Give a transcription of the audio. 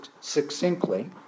succinctly